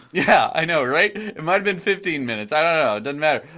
yeah i know right? it might have been fifteen minutes, i don't know, doesn't matter.